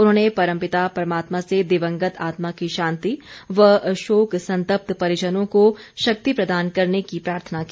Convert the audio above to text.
उन्होंने परम पिता परमात्मा से दिवंगत आत्मा की शांति व शोक संतप्त परिजनों को शक्ति प्रदान करने की प्रार्थना की